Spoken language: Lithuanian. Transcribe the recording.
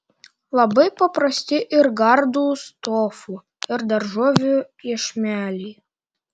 labai paprasti ir gardūs tofu ir daržovių iešmeliai